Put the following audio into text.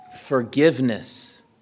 forgiveness